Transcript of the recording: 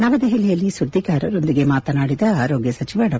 ನವದೆಹಲಿಯಲ್ಲಿ ಸುದ್ದಿಗಾರರೊಂದಿಗೆ ಮಾತನಾಡಿದ ಆರೋಗ್ಯ ಸಚಿವ ಡಾ